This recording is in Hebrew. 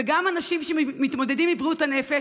וגם אנשים שמתמודדים עם בריאות הנפש